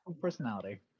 personality